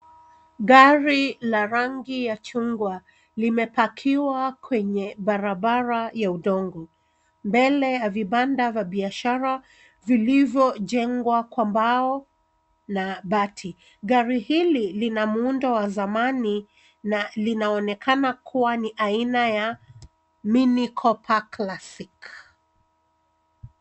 Gari la rangi ya chungwa limepakiwa kwenye barabara ya udongo mbele ya vibanda vya biashara vilivyojengwa kwa mbao na bati ,gari hili lina muundo wa zamani na linaonekana kuwa ni aina ya mini copper classic .